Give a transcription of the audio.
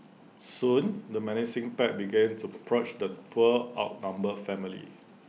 soon the menacing pack began to the poor outnumbered family